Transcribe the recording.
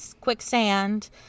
quicksand